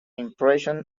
impression